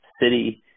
city